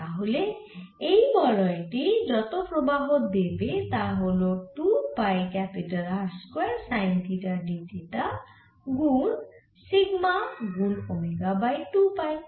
তাহলে এই বলয় টি যত প্রবাহ দেবে তা হল হবে 2 pi R square sine theta d theta গুন সিগমা গুন ওমেগা বাই 2 পাই